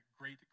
great